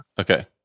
Okay